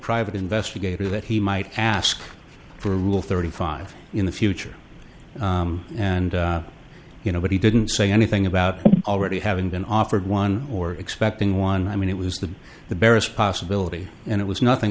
private investigator that he might ask for a rule thirty five in the future and you know what he didn't say anything about already having been offered one or expecting one i mean it was the the barest possibility and it was nothing